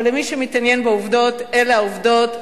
אבל למי שמתעניין בעובדות, אלה העובדות.